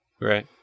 Right